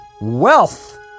Wealth